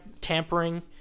tampering